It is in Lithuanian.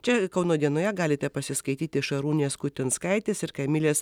čia kauno dienoje galite pasiskaityti šarūnės kutinskaitės ir kamilės